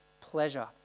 pleasure